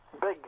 big